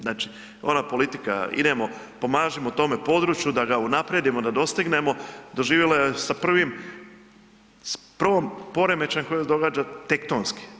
Znači, ona politika idemo, pomažimo tome području da ga unaprijedimo, da dostignemo, doživjelo je sa prvim, s prvom poremećajem koji se događa tektonski.